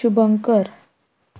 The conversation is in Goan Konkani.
शुभंकर